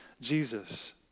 Jesus